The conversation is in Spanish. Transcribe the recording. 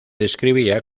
describía